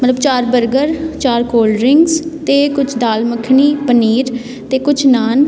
ਮਤਲਬ ਚਾਰ ਬਰਗਰ ਚਾਰ ਕੋਲਡ ਡਰਿੰਕਸ ਅਤੇ ਕੁਛ ਦਾਲ ਮੱਖਣੀ ਪਨੀਰ ਅਤੇ ਕੁਛ ਨਾਨ